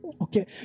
Okay